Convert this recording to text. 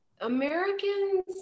americans